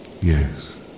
Yes